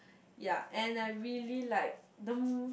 ya and I really like um